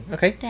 Okay